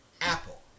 Apple